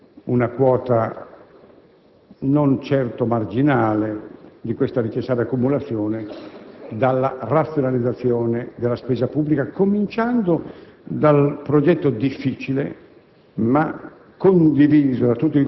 non può essere disgiunta dal continuare un'azione di razionalizzazione della spesa pubblica e noi intendiamo trovare una quota non